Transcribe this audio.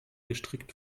gestrickt